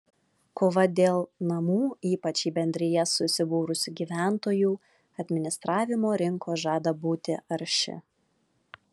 kova dėl namų ypač į bendrijas susibūrusių gyventojų administravimo rinkos žada būti arši